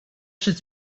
should